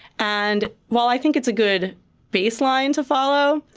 and while i think it's a good baseline to follow,